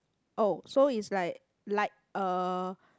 oh so it's like light uh